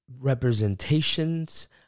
representations